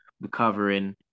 recovering